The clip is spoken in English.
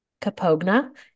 Capogna